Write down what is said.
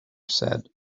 said